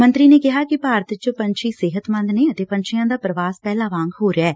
ਮੰਤਰੀ ਨੇ ਕਿਹਾ ਕਿ ਭਾਰਤ ਚ ਪੰਛੀ ਸਿਹਤਮੰਦ ਨੇ ਅਤੇ ਪੰਛੀਆਂ ਦਾ ਪੁਵਾਸ ਪਹਿਲਾਂ ਵਾਂਗ ਹੋ ਰਿਹੈ